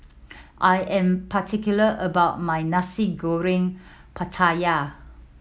I am particular about my Nasi Goreng Pattaya